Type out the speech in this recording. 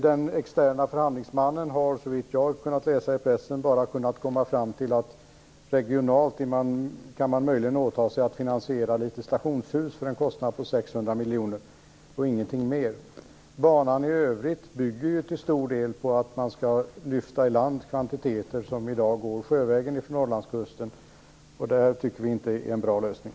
Den externa förhandlingsmannen har efter vad jag har kunnat läsa i pressen bara kommit fram till att man regionalt möjligen kan åta sig att finansiera litet stationshus för en kostnad på 600 miljoner kronor, och ingenting mer. Banan i övrigt bygger ju till stor del på att man skall lyfta i land kvantiteter som i dag går sjövägen från Norrlandskusten. Det tycker vi inte är en bra lösning.